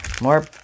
more